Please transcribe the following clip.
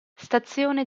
stazione